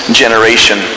generation